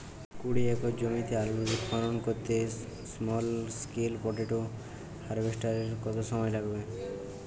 কুড়ি একর জমিতে আলুর খনন করতে স্মল স্কেল পটেটো হারভেস্টারের কত সময় লাগবে?